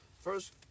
first